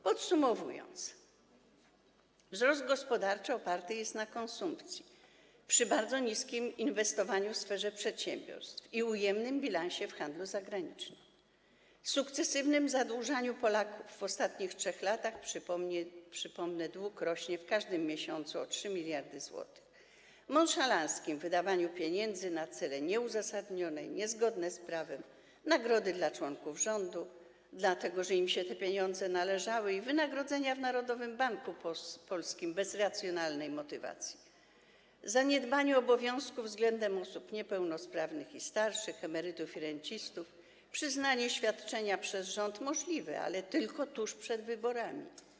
Podsumowując, wzrost gospodarczy oparty jest na konsumpcji, przy bardzo niskim inwestowaniu w sferze przedsiębiorstw i ujemnym bilansie w handlu zagranicznym, sukcesywnym zadłużaniu Polaków, w ostatnich 3 latach, przypomnę, dług rośnie każdego miesiąca o 3 mld zł, nonszalanckim wydawaniu pieniędzy na nieuzasadnione cele, niezgodne z prawem, nagrody dla członków rządu, dlatego że im się te pieniądze należały, i wynagrodzenia w Narodowym Banku Polskim bez racjonalnej motywacji, zaniedbaniu obowiązków względem osób niepełnosprawnych i starszych, emerytów i rencistów, przyznanie przez rząd świadczenia jest możliwe, ale tylko tuż przed wyborami.